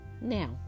Now